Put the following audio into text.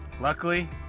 Luckily